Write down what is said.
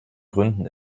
gründen